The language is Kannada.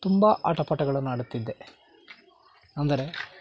ತುಂಬ ಆಟ ಪಾಠಗಳನ್ನು ಆಡುತ್ತಿದ್ದೆ ಅಂದರೆ